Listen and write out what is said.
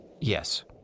Yes